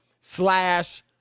slash